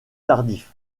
tardif